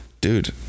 dude